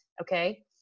okay